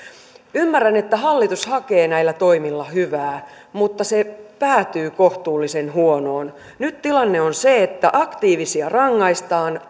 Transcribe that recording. ymmärrän että hallitus hakee näillä toimilla hyvää mutta se päätyy kohtuullisen huonoon nyt tilanne on se että aktiivisia rangaistaan